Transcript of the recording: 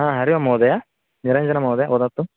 हा हरिः ओं महोदय निरञ्जनमहोदय वदतु